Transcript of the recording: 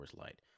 Light